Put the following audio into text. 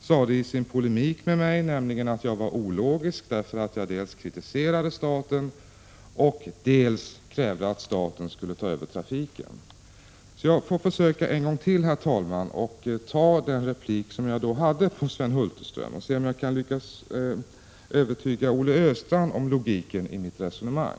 sade i sin polemik med mig, nämligen att jag var ologisk, därför att jag dels kritiserade staten, dels krävde att staten skulle ta över trafiken. Jag får då försöka en gång till, herr talman, och se om jag kan övertyga Olle Östrand om logiken i mitt resonemang.